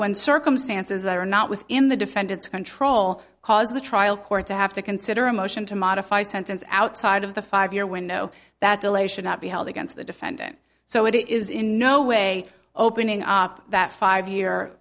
when circumstances that are not within the defendant's control cause the trial court to have to consider a motion to modify sentence outside of the five year window that delay should not be held against the defendant so it is in no way opening up that five year